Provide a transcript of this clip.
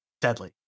deadly